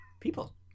People